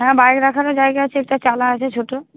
হ্যাঁ বাইরে রাখারও জায়গা আছে একটা চালা আছে ছোট